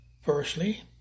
Firstly